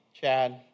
Chad